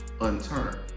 unturned